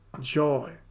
joy